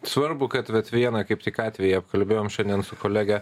svarbu kad vat vieną kaip tik atvejį apkalbėjom šiandien su kolege